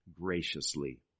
graciously